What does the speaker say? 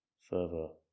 further